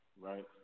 right